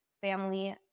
family